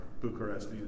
bucharest